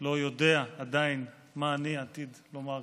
לא יודע עדיין מה אני עתיד לומר כאן,